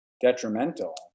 detrimental